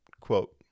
quote